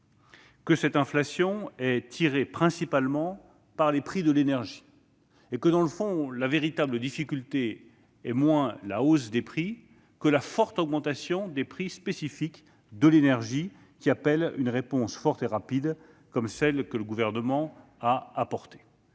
est temporaire. Elle est tirée principalement par les prix de l'énergie et, dans le fond, la véritable difficulté est moins la hausse des prix que la forte augmentation des prix spécifiques de l'énergie, qui appelle des réponses fortes et rapides comme celles que le Gouvernement a apportées.